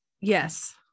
Yes